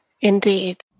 Indeed